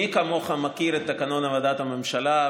מי כמוך מכיר את תקנון עבודת הממשלה,